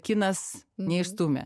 kinas neišstūmė